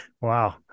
Wow